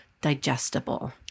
digestible